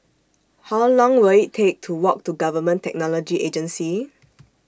How Long Will IT Take to Walk to Government Technology Agency